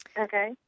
okay